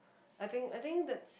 I think I think that's